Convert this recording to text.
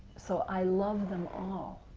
so i love them all